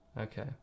Okay